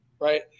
right